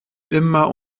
immer